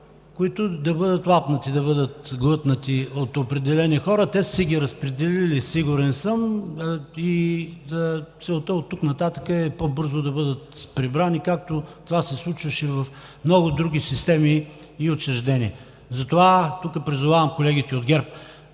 които да бъдат лапнати, да бъдат глътнати от определени хора. Те са си ги разпределили, сигурен съм, и целта оттук нататък е по-бързо да бъдат прибрани, както това се случваше в много други системи и учреждения. Затова тук призовавам колегите от ГЕРБ